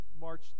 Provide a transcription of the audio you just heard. March